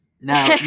Now